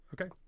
okay